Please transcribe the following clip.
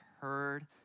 heard